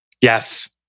Yes